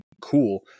cool